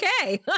okay